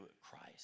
Christ